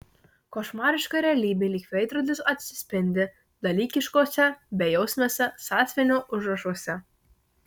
košmariška realybė lyg veidrodis atsispindi dalykiškuose bejausmiuose sąsiuvinio užrašuose